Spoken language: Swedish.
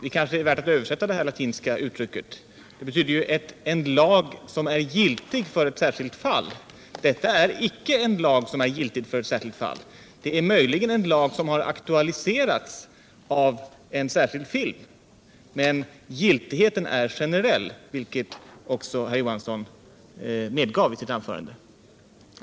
Det kanske är värt att översätta detta latinska uttryck. Det betyder ju en lag som är giltig för ett särskilt fall. Detta är icke en lag som är giltig för ett särskilt fall. Möjligen är det en lag som har aktualiserats av en särskild film. Men giltigheten är generell, vilket också herr Johansson medgav i sitt anförande.